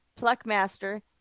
Pluckmaster